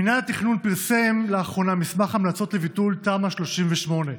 מינהל התכנון פרסם לאחרונה מסמך המלצות לביטול תמ"א 38,